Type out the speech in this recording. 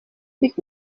bych